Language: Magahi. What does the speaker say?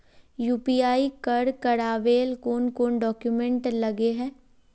यु.पी.आई कर करावेल कौन कौन डॉक्यूमेंट लगे है?